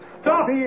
Stop